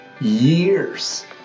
years